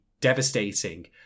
devastating